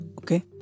Okay